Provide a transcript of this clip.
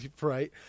Right